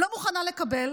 אני לא מוכנה לקבל.